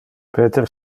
peter